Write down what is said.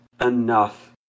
enough